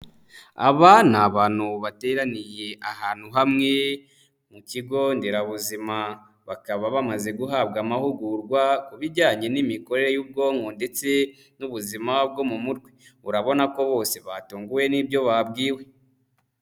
Aba ni abantu bateraniye ahantu hamwe, mu kigo nderabuzima. Bakaba bamaze guhabwa amahugurwa, ku bijyanye n'imikorere y'ubwonko ndetse n'ubuzima bwo mu mutwe. Urabona ko bose batunguwe n'ibyo babwiwe.